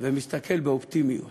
ומסתכל באופטימיות